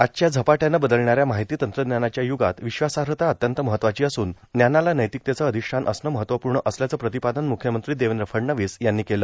आजच्या झपाट्यान बदलणाऱ्या माहिती तंत्रज्ञानाच्या युगात विश्वासाहता अत्यंत महत्त्वाची असून ज्ञानाला र्नौतकतेच अांधष्ठान असण महत्त्वपूण असल्याचं प्र्रातपादन मुख्यमंत्री देवद्र फडणवीस यांनी केलं